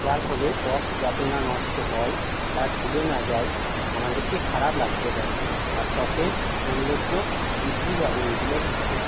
যার ফলে ত্বক যাতে না নষ্ট হয় বা ঝুলে না যায় আমাদেরকে খারাপ লাগতে পারে আর ত্বকের সৌন্দর্য বৃদ্ধি পাবে এগুলোর ফলে